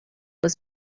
was